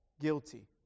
guilty